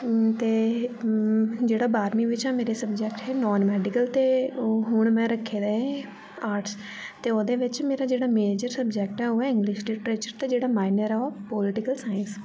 ते जेह्ड़ा बारहमीं बिच मेरे सब्जेक्ट हे नॉन मेडिकल ते हून में रक्खे दा ऐ आर्ट्स ते ओह्दे बिच मेरा जेह्ड़ा मेजर सब्जेक्ट ऐ ओह् ऐ इंग्लिश लिट्रेचर ते जेह्ड़ा माइनर ऐ ओह् पॉलिटिकल साइंस